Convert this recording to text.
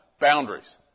Boundaries